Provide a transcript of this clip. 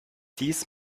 dies